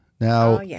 Now